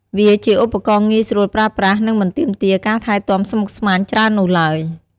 វាជាឧបករណ៍ងាយស្រួលប្រើប្រាស់ និងមិនទាមទារការថែទាំស្មុគស្មាញច្រើននោះឡើយ។